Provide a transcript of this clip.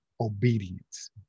obedience